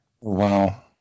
Wow